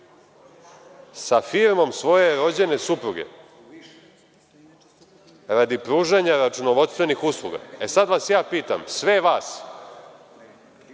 sa firmom svoje rođene supruge radi pružanja računovodstvenih usluga. Sada pitam sve vas,